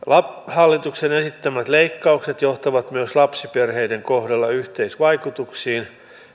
hallituksen esittämät leikkaukset johtavat myös lapsiperheiden kohdalla yhteisvaikutuksiin